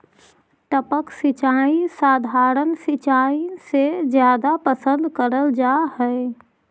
टपक सिंचाई सधारण सिंचाई से जादा पसंद करल जा हे